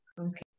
okay